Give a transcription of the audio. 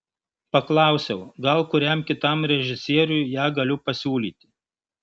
paklausiau gal kuriam kitam režisieriui ją galiu pasiūlyti